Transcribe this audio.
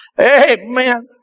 Amen